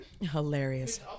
Hilarious